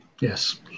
Yes